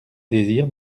désir